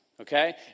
okay